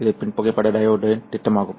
இது பின் புகைப்பட டையோட்டின் திட்டமாகும்